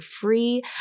free